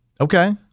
Okay